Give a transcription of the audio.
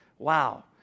Wow